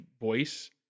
voice